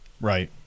Right